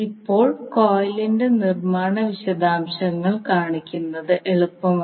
ഇപ്പോൾ കോയിലിന്റെ നിർമ്മാണ വിശദാംശങ്ങൾ കാണിക്കുന്നത് എളുപ്പമല്ല